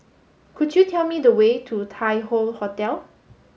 could you tell me the way to Tai Hoe Hotel